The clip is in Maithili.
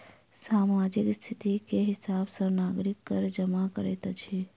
सामाजिक स्थिति के हिसाब सॅ नागरिक कर जमा करैत अछि